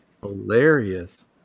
hilarious